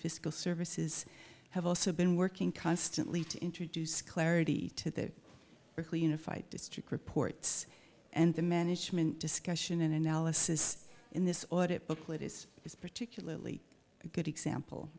fiscal services have also been working constantly to introduce clarity to the unified district reports and the management discussion and analysis in this audit booklet is is particularly a good example